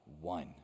one